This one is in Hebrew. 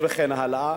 וכן הלאה.